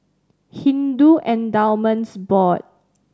Hindu Endowments Board